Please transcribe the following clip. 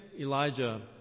elijah